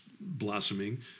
blossoming